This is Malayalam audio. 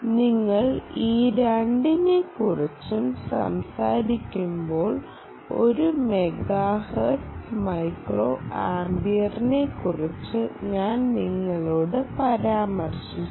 നിങ്ങൾ ഈ 2 നെയുംക്കുറിച്ച് സംസാരിക്കുമ്പോൾ ഒരു മെഗാഹെർട്സ് മൈക്രോ ആമ്പിനെക്കുറിച്ച് ഞാൻ നിങ്ങളോട് പരാമർശിച്ചു